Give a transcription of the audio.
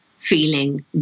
feeling